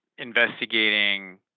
investigating